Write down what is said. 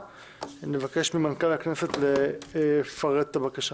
נבקש ממנכ"ל הכנסת לפרט את הבקשה.